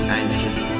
anxious